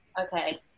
Okay